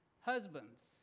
husbands